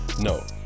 No